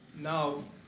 now,